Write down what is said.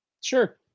Sure